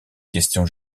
questions